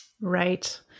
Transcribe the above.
Right